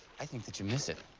i think that you miss it.